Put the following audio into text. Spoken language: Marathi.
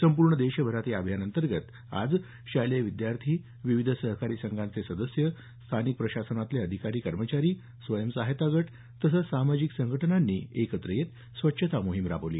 संपूर्ण देशभरात या अभिनायांतर्गत आज शालेय विद्यार्थी विविध सहकारी संघांचे सदस्य स्थानिक प्रशासनातले अधिकारी कर्मचारी स्वयं सहायता गट तसंच सामाजिक संघटनांनी एकत्र येत स्वच्छता मोहीम राबवली